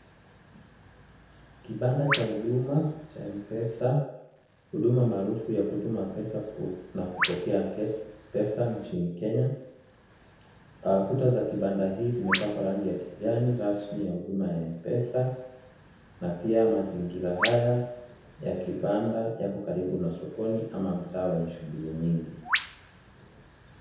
Kibanda cha huduma cha M-Pesa , huduma maarufu ya kutuma pesa na kupokea pesa nchini Kenya, kuta za kibanda hii zimepakwa rangi ya kijani rasmi ya huduma ya M-Pesa na pia mazingira haya ya kibanda yako karibu na sokoni ama mtaa wenye shughuli nyingi.